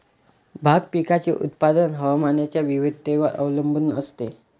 भाग पिकाचे उत्पादन हवामानाच्या विविधतेवर अवलंबून असते